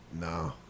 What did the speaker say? No